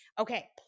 Okay